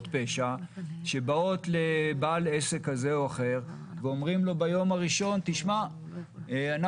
פשע שבאים לבעל עסק כזה או אחר ואומרים לו ביום הראשון: אנחנו